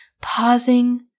pausing